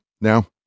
Now